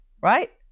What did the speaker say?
right